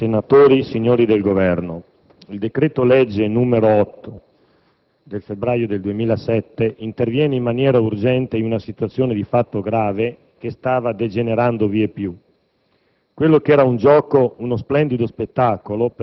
Signor Presidente del Senato, onorevoli senatori, signori del Governo, il decreto-legge 8 febbraio 2007, n. 8, interviene in maniera urgente in una situazione di fatto grave che stava degenerando vieppiù.